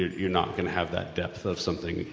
you're not gonna have that depth of something,